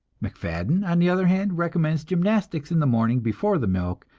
macfadden, on the other hand, recommends gymnastics in the morning before the milk,